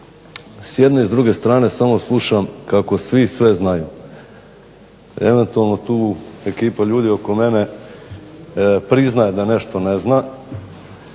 s jedne i druge strane samo slušam kako svi sve znaju. Eventualno tu ekipa ljudi oko mene priznaje da nešto ne zna